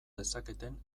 dezaketen